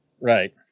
Right